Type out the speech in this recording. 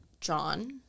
John